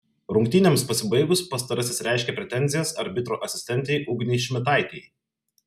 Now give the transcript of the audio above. rungtynėms pasibaigus pastarasis reiškė pretenzijas arbitro asistentei ugnei šmitaitei